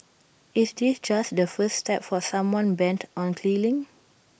is this just the first step for someone bent on killing